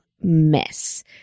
mess